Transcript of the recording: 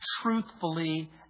truthfully